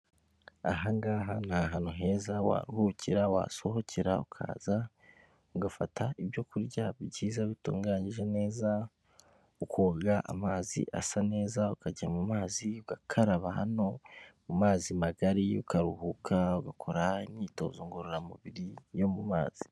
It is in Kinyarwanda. Aha ngaha ni ahantu heza waruhukira, wasohokera, ukaza ugafata ibyo kurya byiza bitunganyije neza, ukoga amazi asa neza ukajya mu mazi ugakaraba hano mu mazi magari, ukaruhuka ugakora imyitozo ngororamubiri yo mu mazi.